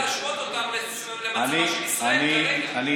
אין מה להשוות אותם למצבה של ישראל כרגע.